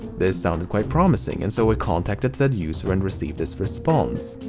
this sounded quite promising, and so i contacted said user and received this response.